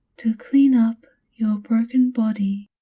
to clean up your broken body,